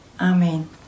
Amen